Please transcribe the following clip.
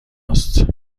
است